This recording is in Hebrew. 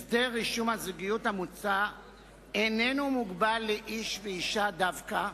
הסדר רישום הזוגיות המוצע איננו מוגבל לאיש ואשה דווקא,